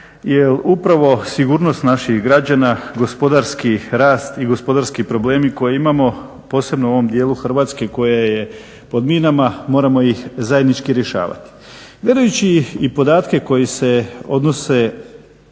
upravo sigurnost naših građana, gospodarski rast i gospodarski problemi koje imamo, posebno u ovom dijelu Hrvatske koja je pod minama, moramo ih zajednički rješavati.